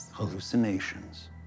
Hallucinations